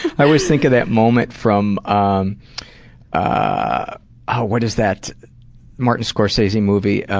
i always think of that moment from um ah what is that martin scorsese movie